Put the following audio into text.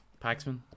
Paxman